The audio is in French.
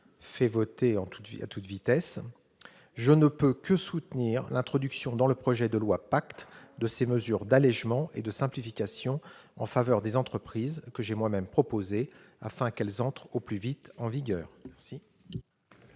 son examen à toute vitesse !-, je ne peux que soutenir l'introduction dans le projet de loi PACTE de ces mesures d'allégement et de simplification en faveur des entreprises que j'ai moi-même proposées, afin qu'elles entrent au plus vite en vigueur. Je